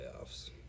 playoffs